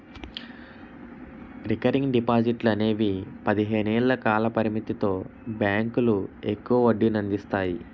recurring డిపాజిట్లు అనేవి పదిహేను ఏళ్ల కాల పరిమితితో బ్యాంకులు ఎక్కువ వడ్డీనందిస్తాయి